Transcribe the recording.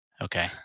Okay